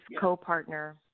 co-partner